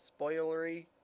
spoilery